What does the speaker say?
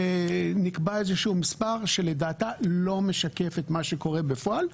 ונקבע איזה שהוא מספר שלדעתה לא משקף את מה שקורה בפועל,